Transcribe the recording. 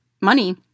money